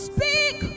Speak